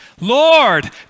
Lord